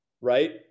right